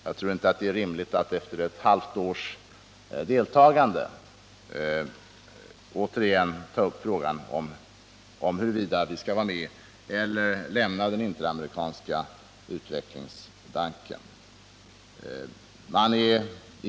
Jag tror inte det är rimligt att efter ett halvt års deltagande återigen ta upp frågan om huruvida vi skall vara med i eller lämna den interamerikanska utvecklingsbanken.